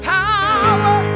power